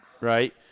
right